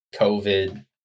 COVID